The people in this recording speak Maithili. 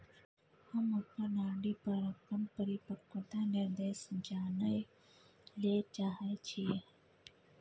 हम अपन आर.डी पर अपन परिपक्वता निर्देश जानय ले चाहय छियै